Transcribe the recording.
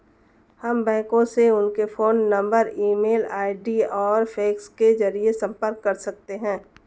हम बैंकों से उनके phone number email ID और फैक्स के जरिए संपर्क कर सकते हैं